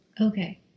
Okay